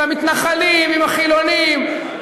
את המתנחלים עם החילונים,